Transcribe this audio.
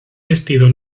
vestido